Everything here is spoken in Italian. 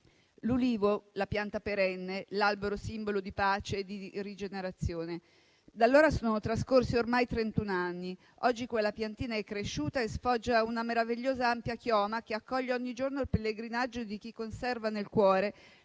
l'ulivo, la pianta perenne, l'albero simbolo di pace e di rigenerazione. Da allora sono trascorsi ormai trentuno anni. Oggi quella piantina è cresciuta e sfoggia una meravigliosa ampia chioma, che accoglie ogni giorno il pellegrinaggio di chi conserva nel cuore